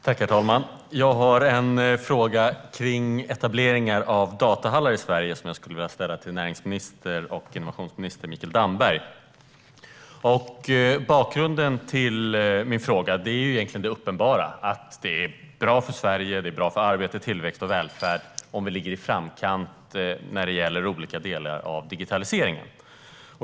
Herr talman! Jag har en fråga om etableringar av datahallar i Sverige, som jag skulle vilja ställa till närings och innovationsminister Mikael Damberg. Bakgrunden till min fråga är egentligen det uppenbara. Det är bra för Sverige, arbete, tillväxt och välfärd om vi ligger i framkant när det gäller olika delar av digitaliseringen.